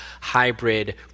hybrid